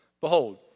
Behold